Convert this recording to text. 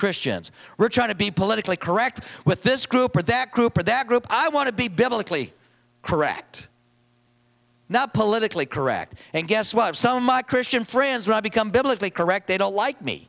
christians were trying to be politically correct with this group or that group or that group i want to be biblically correct not politically correct and guess what of some my christian friends when i become biblically correct they don't like me